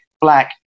black